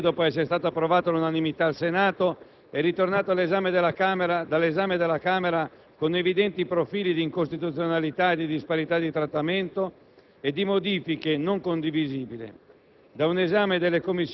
Il decreto-legge, dopo essere stato approvato all'unanimità al Senato, è ritornato dall'esame della Camera con evidenti profili di incostituzionalità e di disparità di trattamento e modifiche non condivisibili.